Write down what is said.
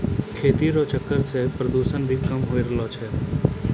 खेती रो चक्कर से प्रदूषण भी कम होय रहलो छै